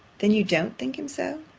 then you don't think him so?